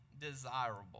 desirable